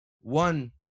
one